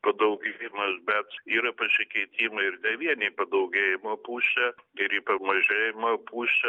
padauginimas bet yra pasikeitimai ir ne vien į padaugėjimo pusę ir į pamažėjimo pusę